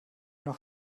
noch